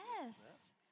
Yes